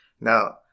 Now